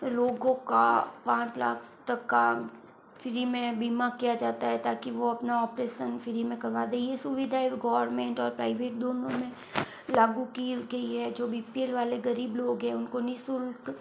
लोगों का पांच लाख तक का फ़्री में बीमा किया जाता है ताकि वो अपना ऑपरेशन फ़्री में करवा दें यह सुविधाएं गवर्नमेंट और प्राइवेट दोनों में लागू की गई हैं जो बी पी एल वाले गरीब लोग हैं उनको नि शुल्क